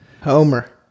Homer